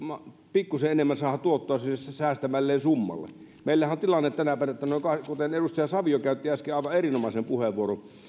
pikkuisen enemmän saada tuottoa sille säästämälleen summalle meillähän on se tilanne tänäpänä että kuten sanoi edustaja savio joka käytti äsken aivan erinomaisen puheenvuoron